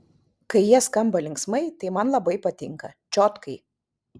kai jie skamba linksmai tai man labai patinka čiotkai